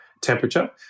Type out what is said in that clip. temperature